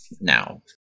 now